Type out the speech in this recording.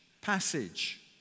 passage